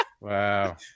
Wow